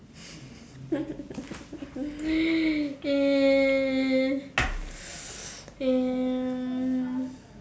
and and